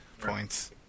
points